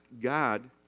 God